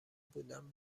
بودند